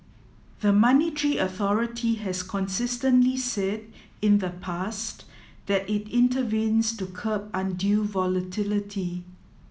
the monetary authority has consistently said in the past that it intervenes to curb undue volatility